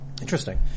Interesting